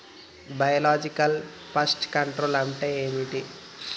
Biological pest control అంటే ఏమిటి?